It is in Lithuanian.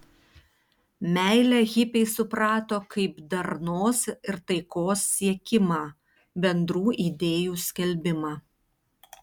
meilę hipiai suprato kaip darnos ir taikos siekimą bendrų idėjų skelbimą